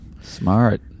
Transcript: smart